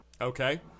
Okay